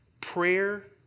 prayer